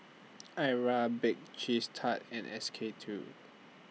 Arai Bake Cheese Tart and S K two